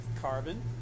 carbon